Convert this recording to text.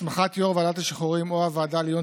הסמכת יו"ר ועדת השחרורים או הוועדה לעיון